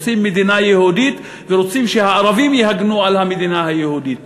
רוצים מדינה יהודית ורוצים שהערבים יגנו על המדינה היהודית,